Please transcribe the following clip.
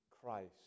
Christ